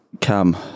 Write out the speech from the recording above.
Cam